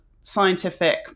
scientific